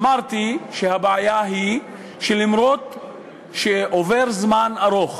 אמרתי שהבעיה היא שאף שעובר פרק זמן ארוך